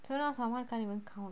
so now someone can't even count